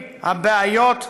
הבעיות,